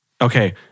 Okay